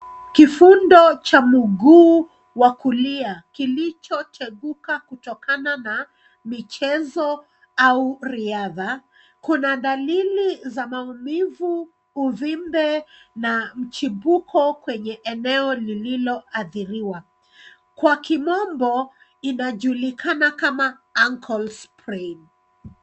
Kifundo cha mguu wa kulia kilichoteguka kutokana na michezo au riadha. Kuna dalili za maumivu, uvimbe, na mchipuko kwenye eneo lililo athiriwa. Kwa kimombo inajulikana kama angle sprain .